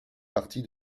partie